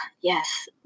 Yes